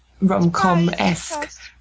rom-com-esque